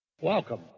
Welcome